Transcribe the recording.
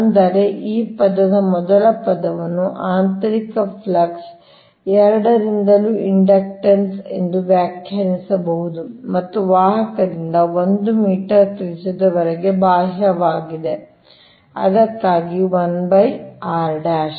ಅಂದರೆ ಈ ಪದದ ಮೊದಲ ಪದವನ್ನು ಆಂತರಿಕ ಫ್ಲಕ್ಸ್ ಎರಡರಿಂದಲೂ ಇಂಡಕ್ಟನ್ಸ್ ಎಂದು ವ್ಯಾಖ್ಯಾನಿಸಬಹುದು ಮತ್ತು ವಾಹಕದಿಂದ 1 ಮೀಟರ್ ತ್ರಿಜ್ಯದವರೆಗೆ ಬಾಹ್ಯವಾಗಿದೆ ಅದಕ್ಕಾಗಿಯೇ 1 r